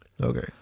Okay